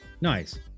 Nice